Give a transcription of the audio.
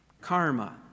Karma